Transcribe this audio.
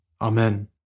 Amen